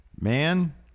Man